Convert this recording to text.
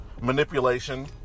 manipulation